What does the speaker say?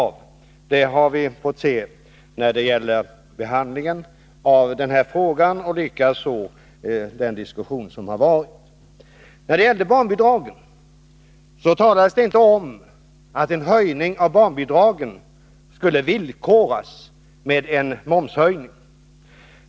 Det har vi fått veta i samband Nr 50 med behandlingen av den här frågan och likaså genom den diskussion som förts. När det gällde barnbidraget talades det inte om att en höjning av det skulle villkoras med en momshöjning.